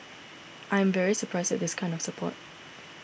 I am very surprised at this kind of support